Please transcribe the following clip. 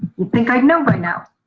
you think i know by now.